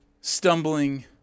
stumbling